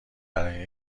برای